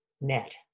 net